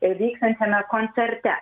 vyksiančiame koncerte